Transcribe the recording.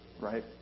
right